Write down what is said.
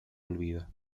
olvida